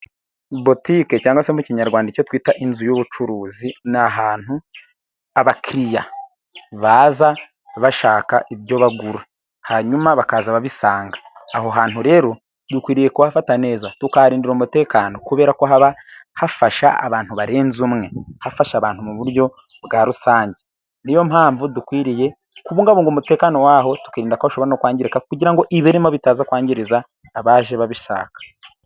Butike cyangwa se mu ikinyarwanda icyo twita inzu y'ubucuruzi ni ahantu abakiriya baza bashaka ibyo bagura, hanyuma bakaza babisanga, aho hantu rero dukwiriye kuhafata neza, tukaharindira umutekano kubera ko haba hafasha abantu barenze umwe, hafasha abantu mu buryo bwa rusange, niyo mpamvu dukwiriye kubungabunga umutekano waho tukirinda ko hashobora no kwangirika, kugira ngo ibirimo bitaza no kwangiriza abaje babishaka.